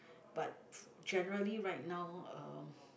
but generally right now uh